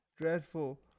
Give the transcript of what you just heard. Dreadful